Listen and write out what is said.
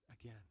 again